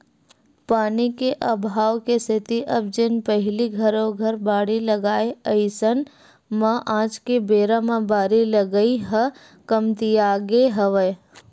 पानी के अभाव के सेती अब जेन पहिली घरो घर बाड़ी लगाय अइसन म आज के बेरा म बारी लगई ह कमतियागे हवय